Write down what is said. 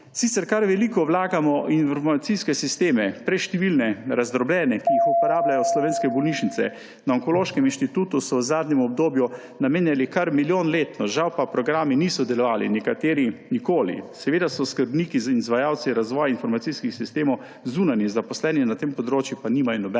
Sicer kar veliko vlagamo v informacijske sisteme, preštevilne, razdrobljene, ki jih uporabljajo slovenske bolnišnice. Na Onkološkem inštitutu so v zadnjem obdobju namenjali kar milijon letno, žal pa programi niso delovali. Nekateri nikoli. Seveda so skrbniki in izvajalci za razvoj informacijskih sistemov zunanji zaposleni, na tem področju pa nimajo nobene